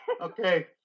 Okay